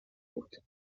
بود